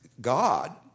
God